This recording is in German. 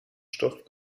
stoff